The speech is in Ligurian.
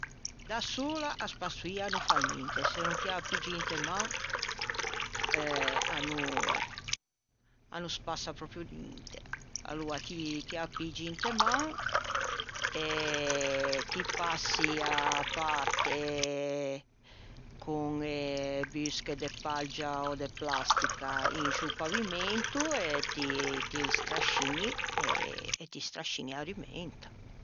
Da sola a spassoia a no fa ninte, se no ti â piggi inte man a no spassa pròprio ninte. Aloa ti â piggi inte man e ti passi a parte con e busche de paggia ò de plastica in sciô pavimento e ti strasciñi, ti strasciñi a rumenta.